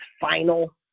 final